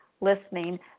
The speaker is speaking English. listening